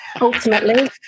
Ultimately